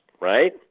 right